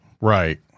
Right